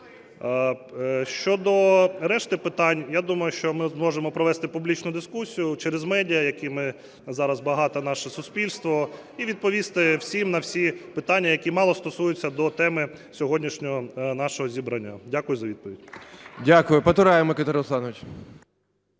Щодо решти питань, я думаю, що ми зможемо провести публічну дискусію через медіа, якими зараз багате наше суспільство, і відповісти всім на всі питання, які мало стосуються до теми сьогоднішнього нашого зібрання. Дякую за відповідь. ГОЛОВУЮЧИЙ. Дякую. Потураєв Микита Русланович.